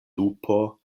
lupo